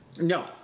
No